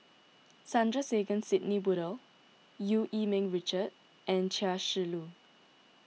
Sandrasegaran Sidney Woodhull Eu Yee Ming Richard and Chia Shi Lu